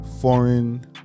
foreign